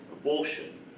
abortion